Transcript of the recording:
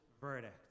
verdict